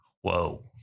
whoa